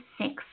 six